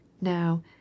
Now